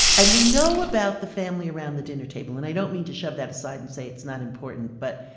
and we know about the family around the dinner table, and i don't mean to shove that aside and say it's not important, but